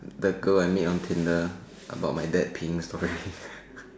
the the girl I mean on tinder about my dad pink story